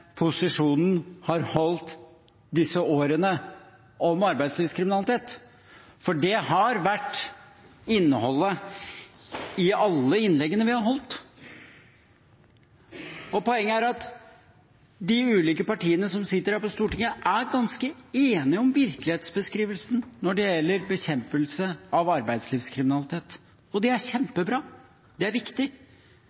posisjonen har holdt disse årene om arbeidslivskriminalitet, for det har vært innholdet i alle innleggene vi har holdt. Poenget er at de ulike partiene som sitter her på Stortinget, er ganske enige om virkelighetsbeskrivelsen når det gjelder bekjempelse av arbeidslivskriminalitet. Det er kjempebra, det er